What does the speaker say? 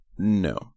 No